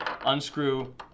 unscrew